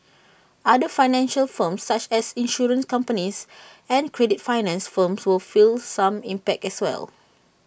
other financial firms such as insurance companies and credit finance firms will feel some impact as well